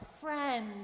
friend